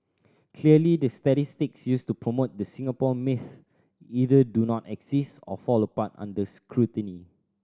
clearly the statistics used to promote the Singapore myth either do not exist or fall apart under scrutiny